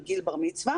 מגיל בר מצווה,